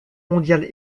mondiale